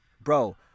Bro